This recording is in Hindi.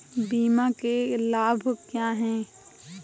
बीमा के लाभ क्या हैं?